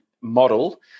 model